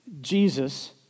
Jesus